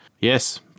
yes